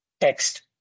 text